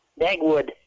Dagwood